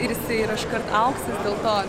ir jisai yra iškart auksas dėl to